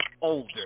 older